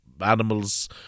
animals